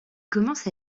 commence